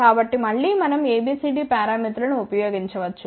కాబట్టి మళ్ళీ మనం ABCD పారామితులను ఉపయోగించవచ్చు